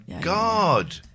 God